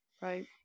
Right